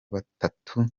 batatu